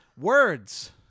Words